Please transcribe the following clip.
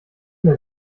mehr